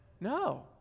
No